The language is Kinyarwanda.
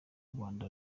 rwanda